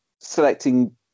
selecting